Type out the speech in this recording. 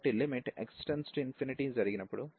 కాబట్టి limit x→∞ జరిగినప్పుడు ఈ fxgx ఫంక్షన్ ఉంటుంది